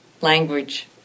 language